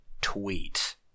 Tweet